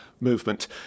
Movement